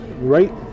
right